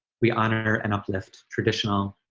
we honor and uplift traditional,